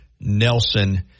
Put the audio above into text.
Nelson